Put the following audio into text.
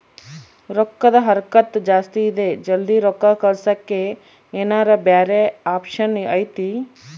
ರೊಕ್ಕದ ಹರಕತ್ತ ಜಾಸ್ತಿ ಇದೆ ಜಲ್ದಿ ರೊಕ್ಕ ಕಳಸಕ್ಕೆ ಏನಾರ ಬ್ಯಾರೆ ಆಪ್ಷನ್ ಐತಿ?